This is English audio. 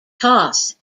toss